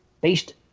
based